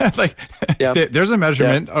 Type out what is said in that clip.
yeah like yeah there's a measurement. ah